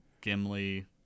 Gimli